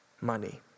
money